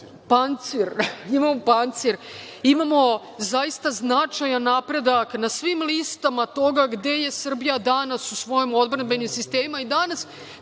tenkove, imamo pancir. Imamo zaista značajan napredak na svim listama toga gde je Srbija danas u svojim odbrambenim sistemima i danas,